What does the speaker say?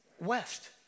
West